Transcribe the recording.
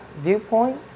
viewpoint